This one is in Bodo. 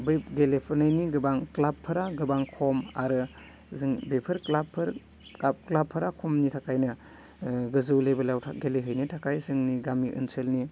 बै गेलेफुनायनि गोबां क्लाबफोरा गोबां खम आरो जों बेफोर क्लाबफोर गाब क्लाबफोरा खमनि थाखायनो गोजौ लेभेलाव गेलेहैनो थाखाय जोंनि गामि ओनसोलनि